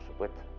with